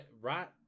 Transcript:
right